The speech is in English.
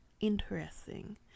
interesting